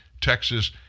Texas